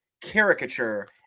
caricature